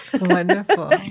Wonderful